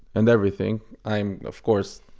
and everything. i'm of course,